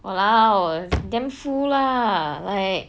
!walao! damn full lah like